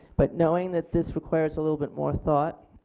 but knowing that this requires a little bit more thought